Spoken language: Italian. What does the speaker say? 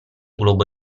globo